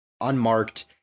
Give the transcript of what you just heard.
unmarked